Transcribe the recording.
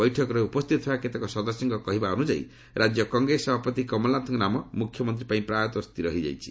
ବୈଠକରେ ଉପସ୍ଥିତ ଥିବା କେତେକ ସଦସ୍ୟଙ୍କ କହିବା ଅନୁଯାୟୀ ରାଜ୍ୟ କଂଗ୍ରେସ ସଭାପତି କମଳନାଥଙ୍କ ନାମ ମୁଖ୍ୟମନ୍ତ୍ରୀ ପାଇଁ ପ୍ରାୟତଃ ସ୍ଥିର କରାଯାଇଛି